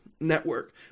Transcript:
network